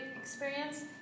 experience